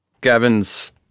Gavin's